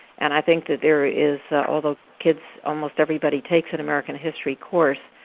and i think that there is, although kids almost everybody takes an american history course,